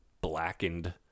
blackened